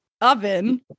oven